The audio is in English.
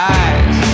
eyes